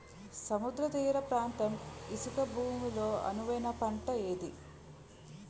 సముద్ర తీర ప్రాంత ఇసుక భూమి లో అనువైన పంట ఏది?